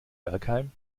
bergheim